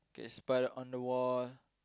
get spider on the wall